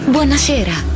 Buonasera